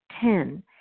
Ten